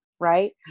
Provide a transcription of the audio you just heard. Right